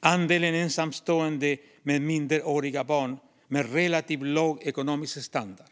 Andelen ensamstående med minderåriga barn med relativ låg ekonomisk standard,